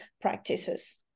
practices